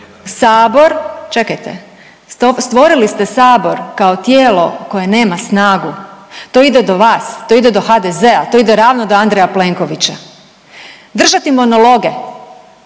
Sabor, čekajte, stvorili ste Sabor kao tijelo koje nema snagu, to ide do vas, to ide do HDZ-a, to ide ravno do Andreja Plenkovića. Držati monologe